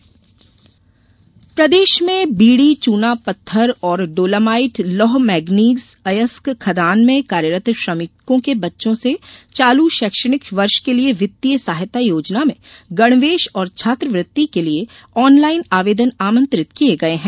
वित्तीय सहायता प्रदेश में बीडीचूना पत्थर और डोलामाईटलौह मैगनीज अयस्क खदान में कार्यरत श्रमिकों के बच्चों से चालू शैक्षणिक वर्ष के लिये वित्तीय सहायता योजना में गणवेश और छात्रवृत्ति के लिये ऑनलाइन आवेदन आमंत्रित किये गये है